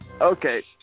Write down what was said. Okay